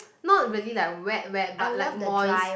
not really like wet wet but like moist